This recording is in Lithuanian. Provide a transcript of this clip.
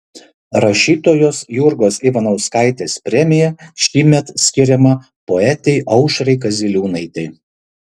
rašytojos jurgos ivanauskaitės premija šįmet skiriama poetei aušrai kaziliūnaitei